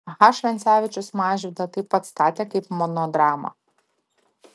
h vancevičius mažvydą taip pat statė kaip monodramą